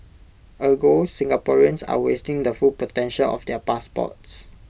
Ergo Singaporeans are wasting the full potential of their passports